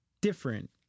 different